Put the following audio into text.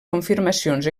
confirmacions